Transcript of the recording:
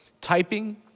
typing